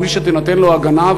בלי שתינתן לו הגנה,